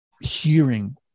hearing